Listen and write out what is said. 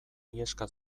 iheska